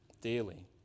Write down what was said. daily